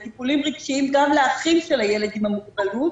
לטיפולים רגשיים גם לאחים של הילד עם המוגבלות